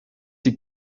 die